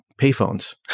payphones